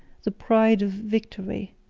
the pride of victory,